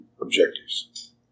objectives